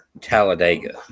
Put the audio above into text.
Talladega